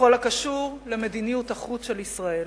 בכל הקשור למדיניות החוץ של ישראל.